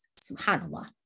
subhanAllah